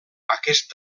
aquest